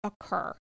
occur